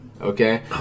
okay